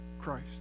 Christ